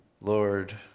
Lord